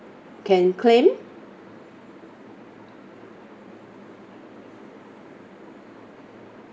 can claim